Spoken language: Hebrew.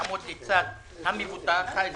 לעמוד לצד המוחלשים המבוטחים